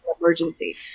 emergency